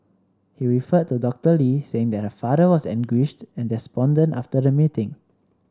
he referred to Doctor Lee saying that her father was anguished and despondent after the meeting